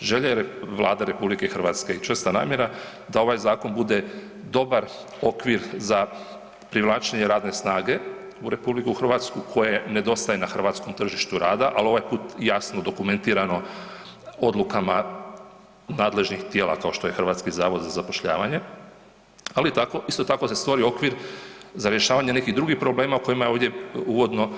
Želja je Vlade RH i čista namjera da ovaj zakon bude dobar okvir za privlačenje radne snage u RH koje nedostaje na hrvatskom tržištu rada, al ovaj put jasno dokumentirano odlukama nadležnih tijela kao što je HZZ, ali tako, isto tako se stvorio okvir za rješavanje nekih drugih problema o kojima je ovdje uvodno